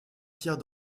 pierre